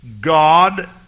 God